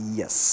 yes